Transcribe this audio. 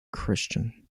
christian